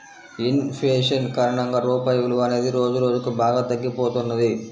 in fashion కారణంగా రూపాయి విలువ అనేది రోజురోజుకీ బాగా తగ్గిపోతున్నది